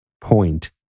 point